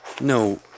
No